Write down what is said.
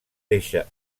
deixa